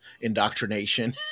indoctrination